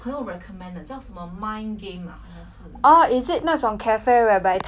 orh is it 那种 cafe whereby 他有很多那种 board games 给你们玩的 ah